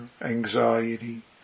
anxiety